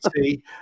see